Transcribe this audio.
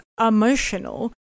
emotional